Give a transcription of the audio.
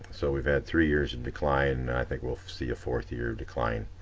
so we've had three years in decline, i think we'll see a fourth-year decline.